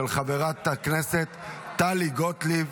של חברת הכנסת טלי גוטליב.